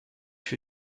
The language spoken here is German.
für